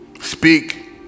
speak